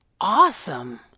awesome